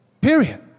Period